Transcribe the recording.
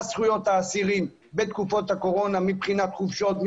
זכויות האסירים בתקופת הקורונה בעניין חופשות,